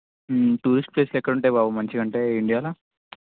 tourist places ఎక్కడ ఉంటాయి బాబు మంచిగా అంటే ఇండియాలో